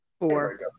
Four